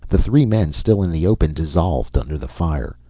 the three men still in the open dissolved under the fire.